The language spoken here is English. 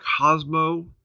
Cosmo